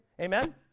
Amen